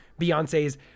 Beyonce's